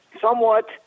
somewhat